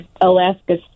Alaska